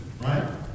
right